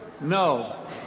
no